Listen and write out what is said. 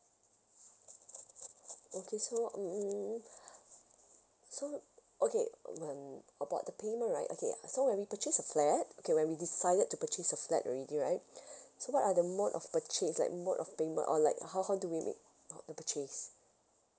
okay so mm mm so okay uh well um about the payment right okay uh so when we purchase a flat okay when we decided to purchase a flat already right so what are the mode of purchase like mode of payment or like how how do we make uh the purchase